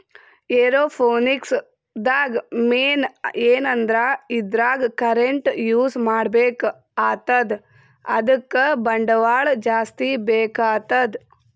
aeroponics ದಾಗ್ main ಏನಂದ್ರ ಇದ್ರಾಗ್ ಕರೆಂಟ್ ಯೂಸ್ ಮಾಡ್ಬೇಕ್ ಆತದ್ ಅದಕ್ಕ್ ಬಂಡವಾಳ್ ಜಾಸ್ತಿ ಬೇಕಾತದ್